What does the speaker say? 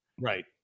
right